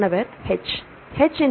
மாணவர் H H என்பது சரி